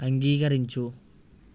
అంగీకరించు